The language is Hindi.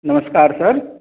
नमस्कार सर